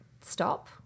stop